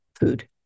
food